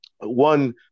one